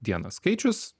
dieną skaičius